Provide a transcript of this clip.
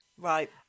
Right